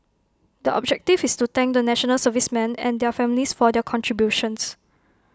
the objective is to thank the National Servicemen and their families for their contributions